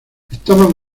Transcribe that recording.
estaban